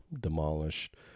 demolished